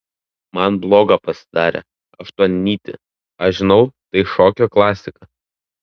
man bloga pasidarė aštuonnytį aš žinau tai šokio klasika